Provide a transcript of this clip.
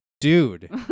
dude